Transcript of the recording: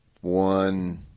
one